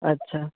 আচ্ছা